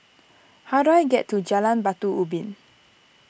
how do I get to Jalan Batu Ubin